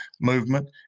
movement